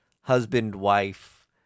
husband-wife